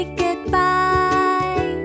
goodbye